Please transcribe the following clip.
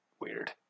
Weird